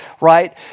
right